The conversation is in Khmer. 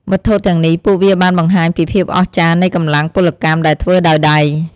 វត្ថុទាំងនេះ ពួកវាបានបង្ហាញពីភាពអស្ចារ្យនៃកម្លាំងពលកម្មដែលធ្វើដោយដៃ។